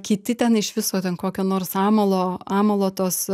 kiti ten iš viso ten kokio nors amalo amalo tos